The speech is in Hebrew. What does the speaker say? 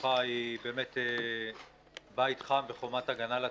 בראשותך היא באמת בית חם וחומת הגנה לצרכנים.